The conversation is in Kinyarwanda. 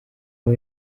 aho